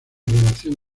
relación